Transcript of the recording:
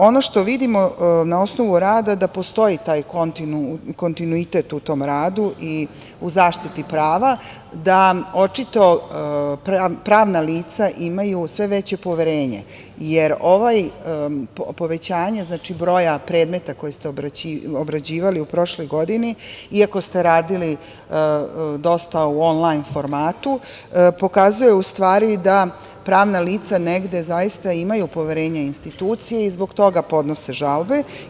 Ono što vidimo na osnovu rada jeste da postoji taj kontinuitet u tom radu i u zaštiti prava, da očito pravna lica imaju sve veće poverenje, jer povećanje broja predmeta koje ste obrađivali u prošloj godini, iako ste radili dosta u onlajn formatu, pokazuje, u stvari, da pravna lica negde zaista imaju poverenja u institucije i zbog toga podnose žalbe.